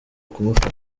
kumufata